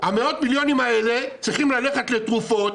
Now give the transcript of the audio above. מאות המיליונים האלה צריכים ללכת לתרופות,